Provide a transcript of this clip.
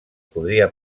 podria